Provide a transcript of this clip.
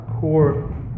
core